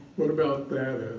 what about that